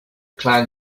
clan